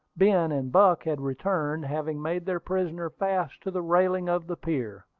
ben and buck had returned, having made their prisoner fast to the railing of the pier,